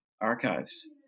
archives